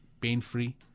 pain-free